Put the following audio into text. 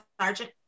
sergeant